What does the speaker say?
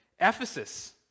Ephesus